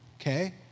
Okay